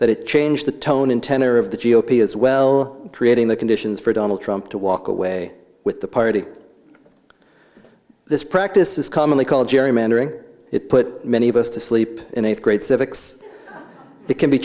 that it changed the tone and tenor of the g o p as well creating the conditions for donald trump to walk away with the party this practice is commonly called gerrymandering it put many of us to sleep in eighth grade civics it can be